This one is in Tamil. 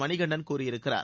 மணிகண்டன் கூறியிருக்கிறார்